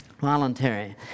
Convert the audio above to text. voluntary